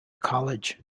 college